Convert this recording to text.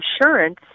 insurance